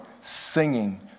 singing